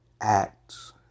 acts